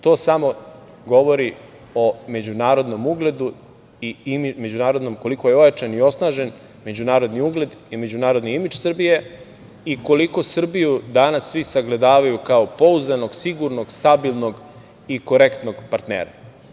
To samo govori o međunarodnom ugledu, i koliko je ojačan i osnažen međunarodni ugled i međunarodni imidž Srbije i koliko Srbiju danas svi sagledavaju kao pouzdanog, sigurnog, stabilnog i korektnog partnera.